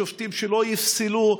שופטים שלא יפסלו,